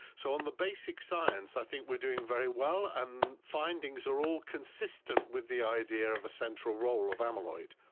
so on the basic science i think we are doing very well. and findings are all consistent with the idea of a central role of amyloid.